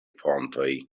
fontoj